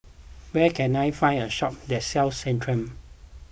where can I find a shop that sells Centrum